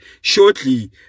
shortly